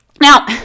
Now